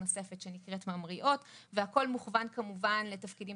נוספת שנקראת "ממריאות" והכל מוכוון כמובן לתפקידים